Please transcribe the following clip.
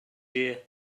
year